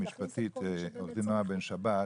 שהיועצת המשפטית, עו"ד נעה בן שבת,